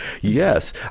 Yes